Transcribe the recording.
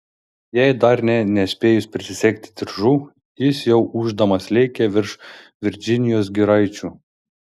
jai dar nė nespėjus prisisegti diržų jis jau ūždamas lėkė virš virdžinijos giraičių